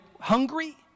hungry